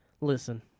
listen